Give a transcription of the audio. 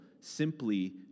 simply